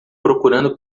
procurando